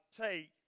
take